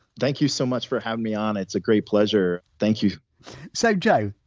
thank you so much for having me on, it's a great pleasure, thank you so, joe,